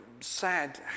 sad